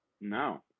No